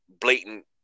blatant –